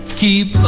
keep